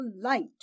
light